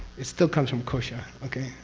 it still comes from kosha. okay?